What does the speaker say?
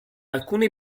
alcune